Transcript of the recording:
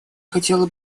хотела